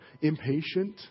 impatient